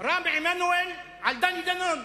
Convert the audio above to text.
רם עמנואל על דני דנון.